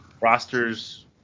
Rosters